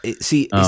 See